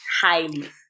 Highly